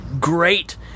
great